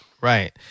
right